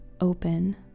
open